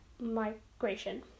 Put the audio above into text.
migration